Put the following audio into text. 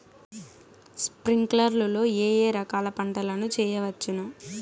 స్ప్రింక్లర్లు లో ఏ ఏ రకాల పంటల ను చేయవచ్చును?